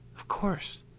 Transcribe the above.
of course.